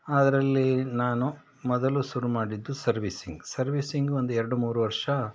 ಅದ್ರಲ್ಲಿ ನಾನು ಮೊದಲು ಶುರು ಮಾಡಿದ್ದು ಸರ್ವೀಸಿಂಗ್ ಸರ್ವೀಸಿಂಗ್ ಒಂದು ಎರಡು ಮೂರು ವರ್ಷ